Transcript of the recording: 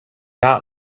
out